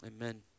amen